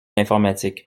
l’informatique